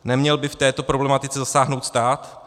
Neměl by v této problematice zasáhnout stát?